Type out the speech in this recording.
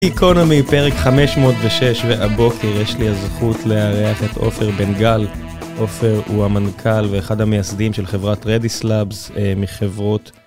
איקונומי, פרק 506, והבוקר יש לי הזכות לארח עופר בן גל. אופר הוא המנכ״ל ואחד המייסדים של חברת רדי סלאבס, מחברות....